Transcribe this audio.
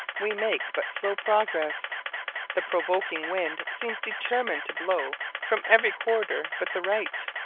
we make but slow progress the provoking wind seems determined to blow from every quarter but the right.